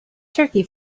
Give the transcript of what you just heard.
turkey